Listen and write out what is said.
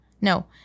No